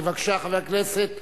בבקשה, חבר הכנסת